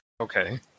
Okay